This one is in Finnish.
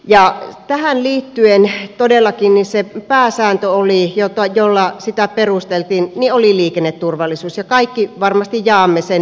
tähän liittyen todellakin se pääsääntö jolla sitä perusteltiin oli liikenneturvallisuus ja kaikki varmasti jaamme sen ajatuksen